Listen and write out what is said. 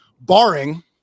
barring